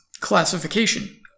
classification